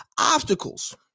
obstacles